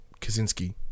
Kaczynski